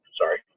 Sorry